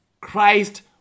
Christ